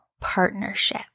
partnership